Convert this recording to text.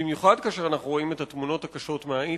במיוחד כאשר אנחנו רואים את התמונות הקשות מהאיטי,